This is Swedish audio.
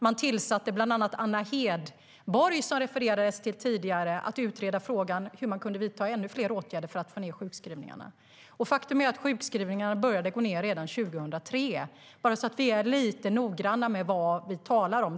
Man tillsatte Anna Hedborg - som det refererades till tidigare - för att utreda frågan hur man kunde vidta ännu fler åtgärder för att få ned sjukskrivningarna. Redan 2003 började sjukskrivningarna att gå ned - bara så att vi är lite noggranna med vad vi talar om.